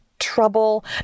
trouble